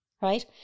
Right